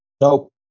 Nope